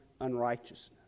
unrighteousness